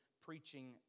preaching